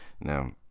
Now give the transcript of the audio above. Now